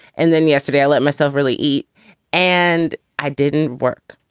and then yesterday i let myself really eat and i didn't work.